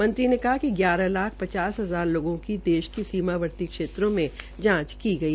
मंत्री ने कहा कि ग्यारह लाख पचपन हजार लोगों की देश की सीमावर्ती क्षेत्रोंमें जांच की गई